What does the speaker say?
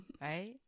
right